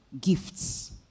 gifts